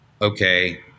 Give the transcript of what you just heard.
okay